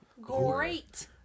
great